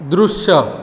दृश्य